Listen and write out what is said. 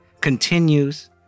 continues